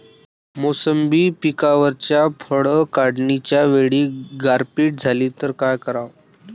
मोसंबी पिकावरच्या फळं काढनीच्या वेळी गारपीट झाली त काय कराव?